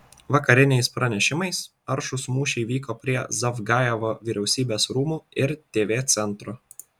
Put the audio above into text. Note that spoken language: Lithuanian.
vakariniais pranešimais aršūs mūšiai vyko prie zavgajevo vyriausybės rūmų ir tv centro